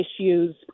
issues